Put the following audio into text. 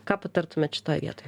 ką patartumėt šitoj vietoj